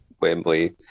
Wembley